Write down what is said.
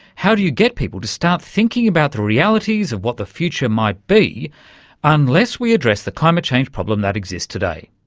how do you get people to start thinking about the realities of what the future might be unless we address the climate change problem that exists today?